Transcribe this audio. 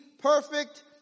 perfect